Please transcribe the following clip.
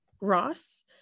Ross